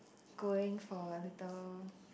going for a little